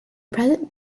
present